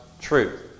truth